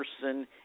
person